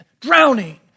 Drowning